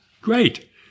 Great